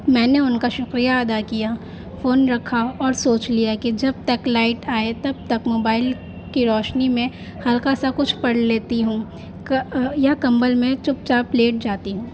میں نے ان کا شکریہ ادا کیا فون رکھا اور سوچ لیا کہ جب تک لائٹ آئے تب تک موبائل کی روشنی میں ہلکا سا کچھ پڑھ لیتی ہوں یا کمبل میں چپ چاپ لیٹ جاتی ہوں